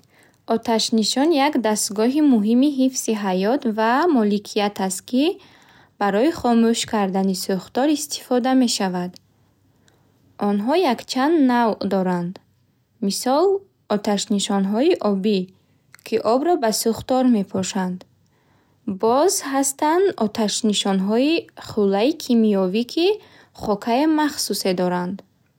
Оташнишон як дастгоҳи муҳими ҳифзи ҳаёт ва моликият аст, ки барои хомӯш кардани сӯхтор истифода мешавад. Онҳо якчанд навъ доранд. Мисол, оташнишонҳои обӣ, ки обро ба сӯхтор мепошанд. Боз ҳастанд оташнишонҳои хӯлаи кимиёвӣ, ки хокаи махсусе доранд.